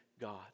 God